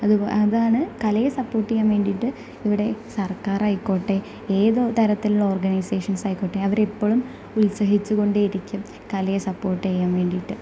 അത് അതാണ് കലയെ സപ്പോട്ട് ചെയ്യാൻ വേണ്ടിട്ട് ഇവിടെ സർക്കാർ ആയിക്കോട്ടെ ഏതുതരത്തിലുള്ള ഓർഗനൈസേഷൻസ് ആയിക്കോട്ടെ അവരെപ്പോഴും ഉത്സാഹിച്ചുകൊണ്ടിരിക്കും കലയെ സപ്പോട്ട് ചെയ്യാൻ വേണ്ടിയിട്ട്